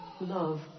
love